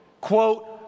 quote